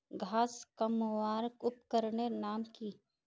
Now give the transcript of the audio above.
घांस कमवार उपकरनेर नाम की?